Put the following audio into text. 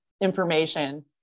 information